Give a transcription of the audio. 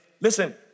Listen